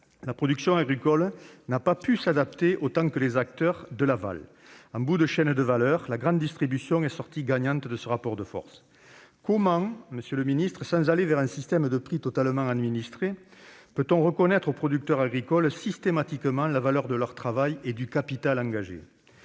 la production agricole n'a pu s'adapter autant que les acteurs de l'aval. En bout de chaîne de valeur, la grande distribution est sortie gagnante de ce rapport de force. Monsieur le ministre, comment, sans aller vers un système de prix totalement administrés, peut-on reconnaître systématiquement aux producteurs agricoles la valeur de leur travail et du capital engagé ?